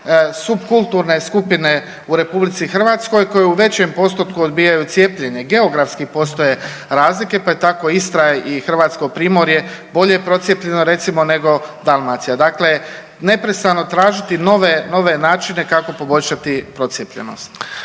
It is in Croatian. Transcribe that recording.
supkulturne skupine u Republici Hrvatskoj koje u većem postotku odbijaju cijepljenje. Geografski postoje razlike, pa je tako Istra i Hrvatsko Primorje bolje procijepljeno recimo nego Dalmacija. Dakle, neprestano tražiti nove načine kako poboljšati procijepljenost.